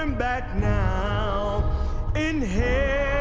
um back now in hell,